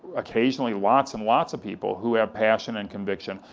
occasionally, lots and lots of people who have passion and conviction,